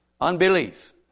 Unbelief